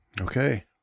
Okay